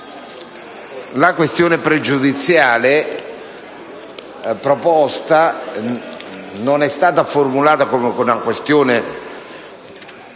la questione pregiudiziale QP1 non è stata formulata come una questione